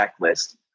checklist